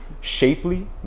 shapely